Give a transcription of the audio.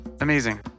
Amazing